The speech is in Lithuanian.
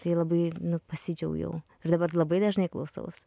tai labai pasidžiaugiau dabar labai dažnai klausaus